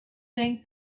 think